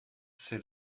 c’est